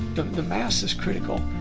the the mass is critical.